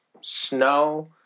snow